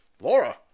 Laura